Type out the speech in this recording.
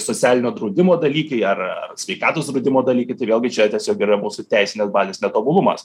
socialinio draudimo dalykai ar ar sveikatos draudimo dalykai tai vėlgi čia tiesiog yra mūsų teisinės bazės netobulumas